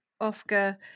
oscar